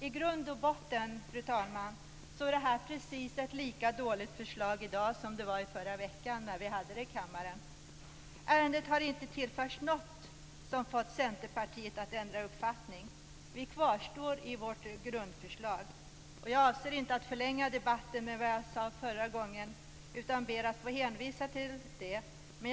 I grund och botten är detta förslag i dag lika dåligt som det förra förslaget var häromveckan i kammaren. Ärendet har inte tillförts något som har fått Centerpartiet att ändra uppfattning. Vi kvarstår i vårt grundförslag. Jag avser inte att förlänga debatten med vad jag sade förra gången, utan jag ber att få hänvisa till vad jag sade då.